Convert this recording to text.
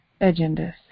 agendas